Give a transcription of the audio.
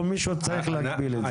או שמישהו צריך להגביל את זה?